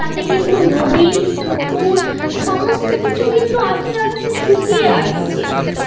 তাতে কিন্তু নদীর পুকুর সমস্ত কিছু কিন্তু আস্তে আস্তে শুকিয়ে আসছে